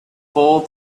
fall